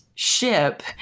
Ship